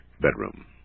bedroom